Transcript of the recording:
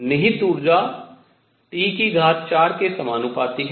निहित ऊर्जा T4 के समानुपाती है